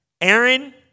Aaron